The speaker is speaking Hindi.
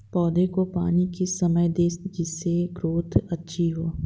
पौधे को पानी किस समय दें जिससे ग्रोथ अच्छी हो?